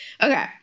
Okay